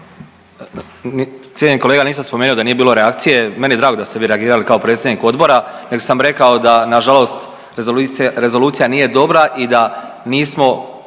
kolega nisam spomenuo da nije bilo reakcije. Meni je drago da ste vi reagirali kao predsjednik Odbora, nego sam rekao da na žalost rezolucija nije dobra i da nismo